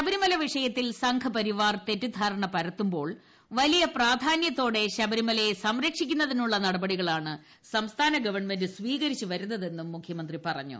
ശബരിമല വീഷ്ടയ്ത്തിൽ സംഘപരിവാർ തെറ്റിധാരണ പരത്തുമ്പോൾ വലിയ പ്രാധാന്യത്തോടെ ശബരിമലയെ സംരക്ഷിക്കുന്നതിനുള്ള നടപടികളാണ് സംസ്ഥാന ഗവൺമെന്റ് സ്വീകരിച്ചു വരുന്നതെന്നും മുഖ്യമന്ത്രി പറഞ്ഞു